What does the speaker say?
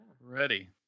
Ready